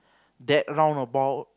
that roundabout